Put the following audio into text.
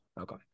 Okay